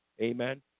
Amen